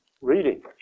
reading